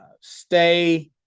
stay